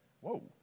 Whoa